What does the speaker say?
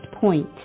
point